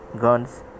guns